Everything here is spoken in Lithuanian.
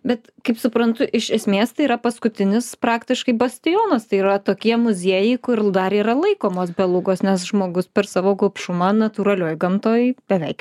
bet kaip suprantu iš esmės tai yra paskutinis praktiškai bastionas tai yra tokie muziejai kur dar yra laikomos belugos nes žmogus per savo gobšumą natūralioj gamtoj beveik